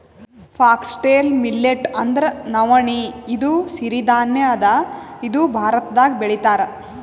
foxtail millet ಅಂದ್ರ ನವಣಿ ಇದು ಸಿರಿ ಧಾನ್ಯ ಅದಾ ಇದು ಭಾರತ್ದಾಗ್ ಬೆಳಿತಾರ್